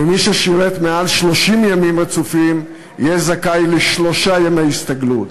ומי ששירת מעל 30 ימים רצופים יהיה זכאי לשלושה ימי הסתגלות.